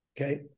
Okay